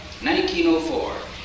1904